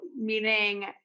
meaning